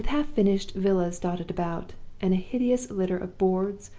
with half-finished villas dotted about, and a hideous litter of boards,